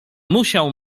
musiał